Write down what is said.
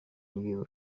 you